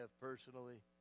personally